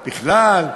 בכלל.